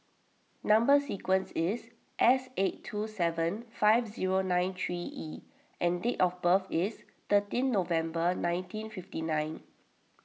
Number Sequence is S eight two seven five zero nine three E and date of birth is thirteenth November nineteen fifty nine